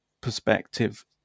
perspective